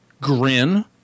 grin